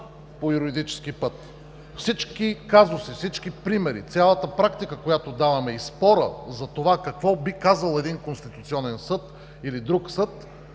по юридически път. Всички примери, цялата практика, която даваме, и спорът за това какво би казал един Конституционен съд или друг съд,